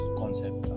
concept